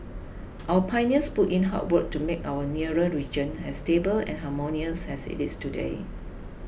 our pioneers put in hard work to make our nearer region as stable and harmonious as it is today